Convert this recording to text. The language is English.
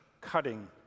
cutting